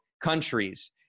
countries